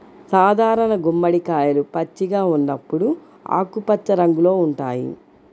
సాధారణ గుమ్మడికాయలు పచ్చిగా ఉన్నప్పుడు ఆకుపచ్చ రంగులో ఉంటాయి